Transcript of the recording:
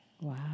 Wow